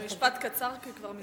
במשפט קצר, כי כבר נגמר הזמן.